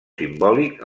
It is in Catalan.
simbòlic